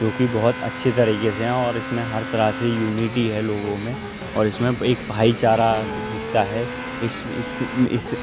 جو کہ بہت اچھے طریقے سے ہیں اور اِس میں ہر طرح سے یونیٹی ہے لوگوں میں اور اِس میں ایک بھائی چارہ دکھتا ہے اِس اِس میں اِس